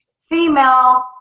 female